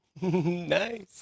Nice